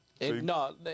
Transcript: no